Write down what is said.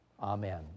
Amen